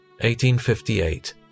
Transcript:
1858